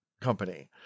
Company